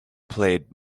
played